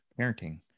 parenting